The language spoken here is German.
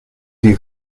die